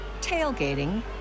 tailgating